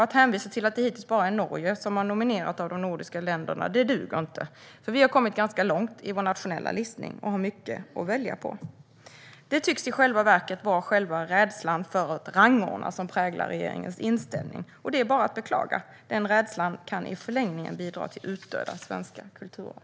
Att hänvisa till att det hittills bara är Norge av de nordiska länderna som har nominerat duger inte. Vi har kommit ganska långt i vår nationella listning och har mycket att välja på. Det tycks i själva verket vara själva rädslan för att rangordna som präglar regeringens inställning, och det är bara att beklaga. Den rädslan kan i förlängningen bidra till utdöda svenska kulturarv.